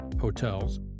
hotels